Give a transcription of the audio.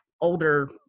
older